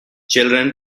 children